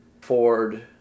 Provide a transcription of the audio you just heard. Ford